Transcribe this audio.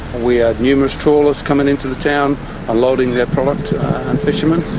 we had numerous trawlers coming into the town unloading their product and fishermen.